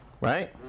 right